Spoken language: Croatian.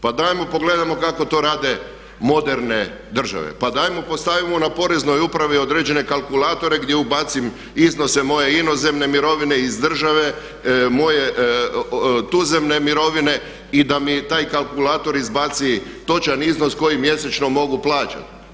Pa dajmo pogledajmo kako to rade moderne države, pa dajmo postavimo na Poreznoj upravi određene kalkulatore gdje ubacim iznose moje inozemne mirovine iz države, moje tuzemne mirovine i da mi taj kalkulator izbaci točan iznos koji mjesečno mogu plaćati.